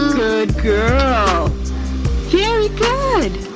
good girl very good.